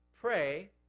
pray